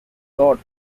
got